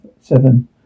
Seven